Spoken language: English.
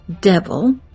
devil